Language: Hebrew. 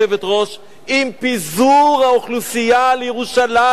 עם פיזור האוכלוסייה לירושלים רבתי.